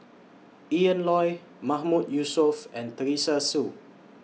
Ian Loy Mahmood Yusof and Teresa Hsu